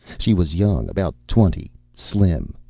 she was young, about twenty. slim.